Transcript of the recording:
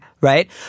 right